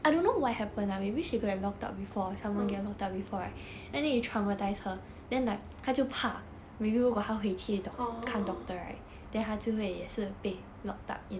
uh orh